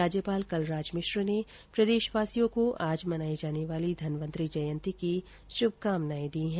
राज्यपाल कलराज मिश्र ने प्रदेशवासियों को आज मनायी जाने वाली धनवंतरि जयंती की श्भकामनाएं दी हैं